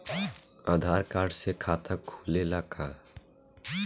आधार card से खाता खुले ला का?